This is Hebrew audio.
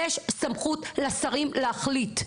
יש סמכות לשרים להחליט,